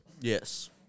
Yes